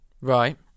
Right